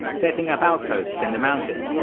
setting up outposts in the mountains,